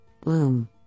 Bloom